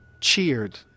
cheered